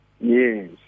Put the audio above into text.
Yes